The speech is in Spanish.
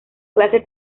clase